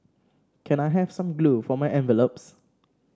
can I have some glue for my envelopes